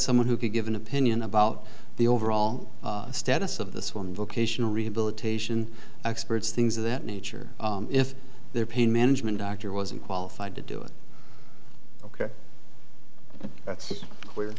someone who could give an opinion about the overall status of this one vocational rehabilitation experts things of that nature if their pain management doctor wasn't qualified to do it ok that's